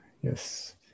yes